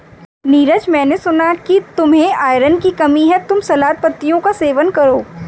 नीरज मैंने सुना कि तुम्हें आयरन की कमी है तुम सलाद पत्तियों का सेवन करो